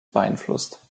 beeinflusst